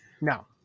No